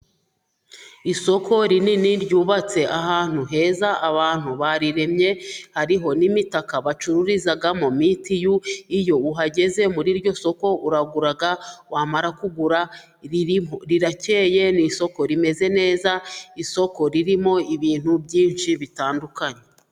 Isoko rinini ryubatse ahantu heza, abantu bariremye, hariho n'imitaka bacururizamo mitiyu, iyo uhageze muri iryo soko uragura wamara kugura, riracyeye ni isoko rimeze neza isoko ririmo ibintu byinshi bitandukanye.